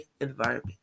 environment